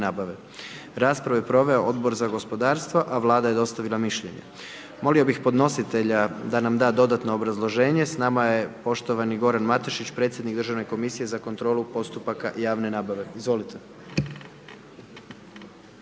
nabave. Raspravu je proveo Odbor za gospodarstvo, a Vlada je dostavila mišljenja. Molio bih podnositelja da nam da dodatno obrazloženje, s nama je poštovani Goran Matešić, predsjednik Državne komisije za kontrolu postupaka javne nabave, izvolite.